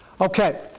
Okay